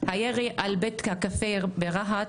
- הירי על בית הקפה ברהט,